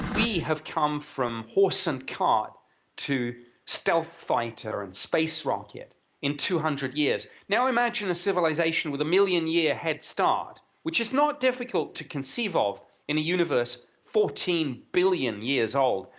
we have come from horse-and-cart to stealth fighter and space rock yet in two hundred years now imagine a civilization with a million year head start which is not difficult to conceive of in a universe fourteen billion years old?